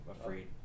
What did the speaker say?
afraid